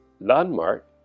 landmark